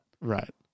Right